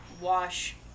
wash